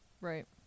Right